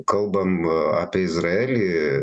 kalbam apie izraelį